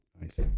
nice